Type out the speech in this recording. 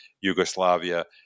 Yugoslavia